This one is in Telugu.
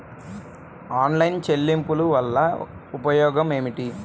ఆన్లైన్ చెల్లింపుల వల్ల ఉపయోగమేమిటీ?